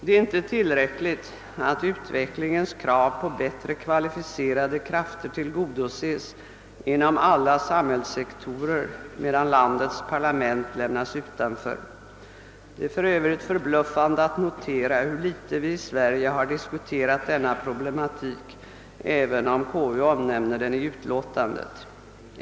Det är inte tillräckligt att utvecklingens krav på bättre kvalificerade kraf ter tillgodoses i alla samhällssektorer, medan landets parlament lämnas utanför. Det är för övrigt förbluffande att notera hur lite vi 1 Sverige har diskuterat denna problematik, även om konstitutionsutskottet omnämner den i utlåtandet.